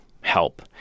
help